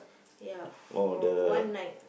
ya for one night